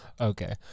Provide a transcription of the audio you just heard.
Okay